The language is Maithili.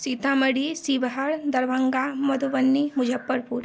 सीतामढ़ी शिवहर दरभङ्गा मधुबनी मुजफ्फरपुर